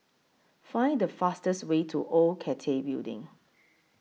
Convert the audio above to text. Find The fastest Way to Old Cathay Building